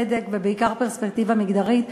צדק ובעיקר פרספקטיבה מגדרית.